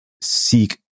seek